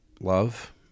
Love